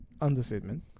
Understatement